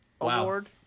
award